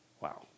Wow